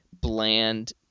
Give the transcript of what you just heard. bland